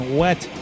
wet